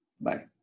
Bye